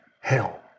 hell